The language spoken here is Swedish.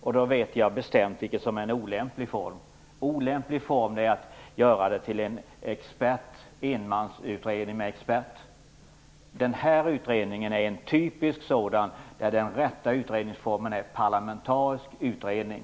Jag vet bestämt att det är olämpligt att göra det till en enmansutredning med en expert. I det här fallet är den rätta formen en parlamentarisk utredning; det är en typisk sådan utredning.